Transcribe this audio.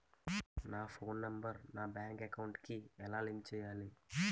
నా phone number నా bank account కి ఎలా లింక్ చేయాలి?